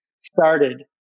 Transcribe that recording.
started